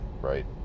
Right